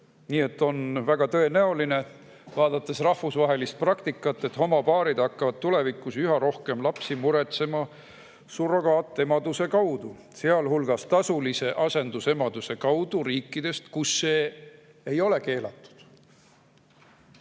Nii et on väga tõenäoline, vaadates rahvusvahelist praktikat, et homopaarid hakkavad tulevikus üha rohkem lapsi muretsema surrogaatemade abil, sealhulgas tasulise asendusemaduse kaudu riikidest, kus see ei ole keelatud.